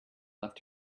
left